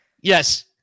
Yes